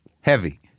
Heavy